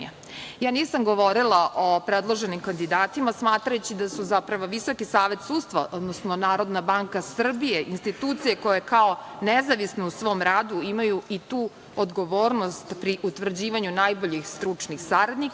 nisam govorila o predloženim kandidatima, smatrajući da su zapravo VSS, odnosno NBS, institucije koje kao nezavisne u svom radu imaju i tu odgovornost pri utvrđivanju najboljih stručnih saradnika.